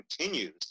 continues